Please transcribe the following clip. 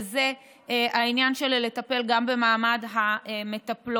וזה העניין של לטפל גם במעמד המטפלות.